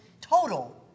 total